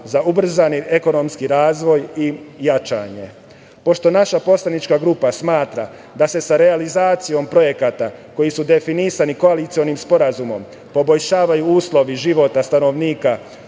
za ubrzani ekonomski razvoj i jačanje. Pošto naša poslanička grupa smatra da se sa realizacijom projekata koji su definisani koalicionom sporazumom poboljšavaju uslovi života stanovnika